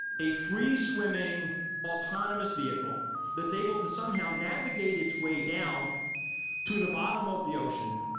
a free swimming autonomous vehicle that's able to somehow navigate its way down to the bottom of the ocean,